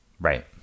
right